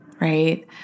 right